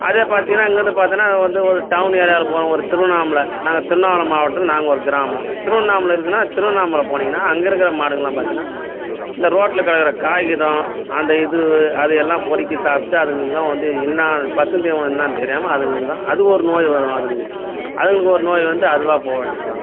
அதே பார்த்தீங்கனா இங்கே வந்து பார்த்தீனா அது வந்து ஒரு டவுனு ஏரியாவில் போகிறோம் ஒரு திருவண்ணாமலை நாங்கள் திருவண்ணாமலை மாவட்டத்தில் நாங்கள் ஒரு கிராமம திருவண்ணாமலை இருக்குதுனா திருவண்ணாமலை போனீங்கன்னா அங்கே இருக்கிற மாடுகள்லாம் பார்த்தீனா இந்த ரோட்டில் கிடக்குற காகிதோ அந்த இதுவு அது எல்லாம் பொருக்கி சாப்பிட்டு அதுங்களுக்குலாம் இது இன்னா அது பசுந்தீவனோ என்னானு தெரியாமல் அதுங்களுக்கு தான் அது ஒரு நோய் வரும் அதுங்களுக்கு அதுங்களுக்கு ஒரு நோய் வந்து அதுவாக போக வேண்டியது தான்